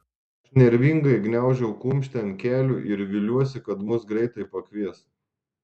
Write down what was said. aš nervingai gniaužau kumštį ant kelių ir viliuosi kad mus greitai pakvies